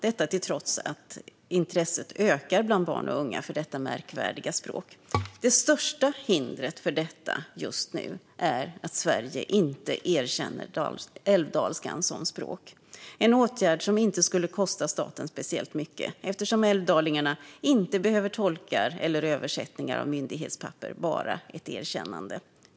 Detta till trots ökar intresset bland barn och unga för detta märkvärdiga språk. Det största hindret för detta just nu är att Sverige inte erkänner älvdalskan som ett språk. Det är en åtgärd som inte skulle kosta staten speciellt mycket eftersom älvdalingarna inte behöver tolkar eller översättningar av myndighetspapper, bara ett erkännande.